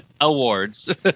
awards